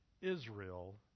Israel